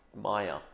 Maya